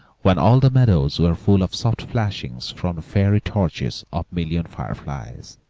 when all the meadows were full of soft flashings from the fairy torches of a million fireflies.